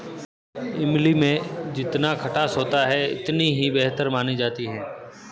इमली में जितना खटास होता है इतनी ही बेहतर मानी जाती है